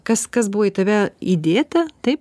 kas kas buvo į tave įdėta taip